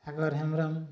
ଆଗର ହେମ୍ ରମ୍